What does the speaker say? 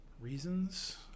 reasons